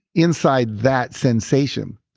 inside that sensation,